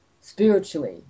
spiritually